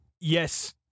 Yes